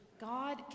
God